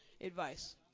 advice